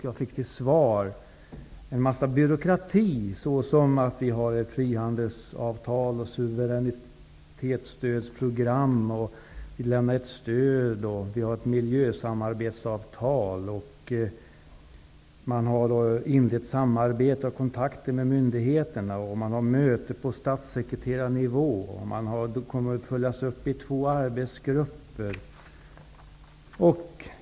Jag fick till svar en mängd byråkrati, t.ex. att det finns ett frihandelsavtal, suveränitetsstödsprogram, miljösamarbetsavtal, samarbete och kontakter med myndigheterna har inletts, möten på statssekreterarnivå och att arbetet skall följas upp i två arbetsgrupper.